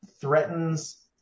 threatens